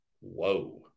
Whoa